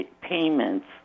payments